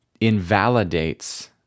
invalidates